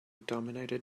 dominated